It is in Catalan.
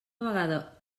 vegada